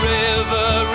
river